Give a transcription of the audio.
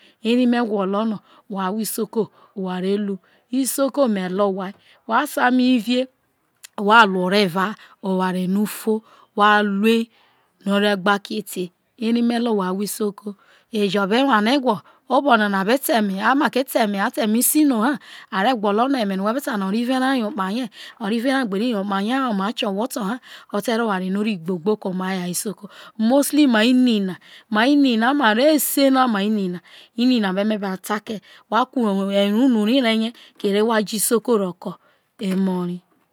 ere me gwolo no wha ahwo isoko wha re ru isoko me le owha wha sa ame ho ive wha lu oreva oware no ufo wha ru no re gbakete ere me le owha ahwo isoko ejo mostly ma ini na ma ini na ma ro ese na wha ku erro unu ria rie kere wha je isoko ke emo ra